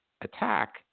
attack